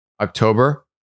October